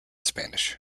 spanish